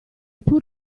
pur